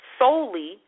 Solely